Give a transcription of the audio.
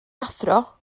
athro